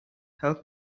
help